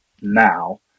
now